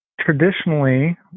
Traditionally